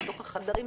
לתוך החדרים,